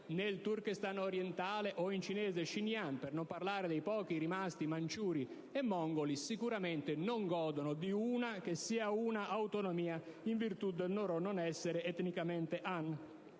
nel Turkestan orientale o in cinese Xinjiang, per non parlare dei pochi manciuri e mongoli rimasti, sicuramente non godono di una che sia una autonomia in virtù del loro non essere etnicamente han.